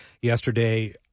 yesterday